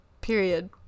Period